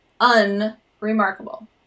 Unremarkable